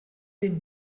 den